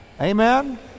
Amen